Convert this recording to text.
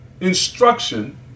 instruction